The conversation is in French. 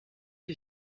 que